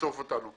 לשרוף אותנו.